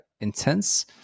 intense